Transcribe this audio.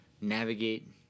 navigate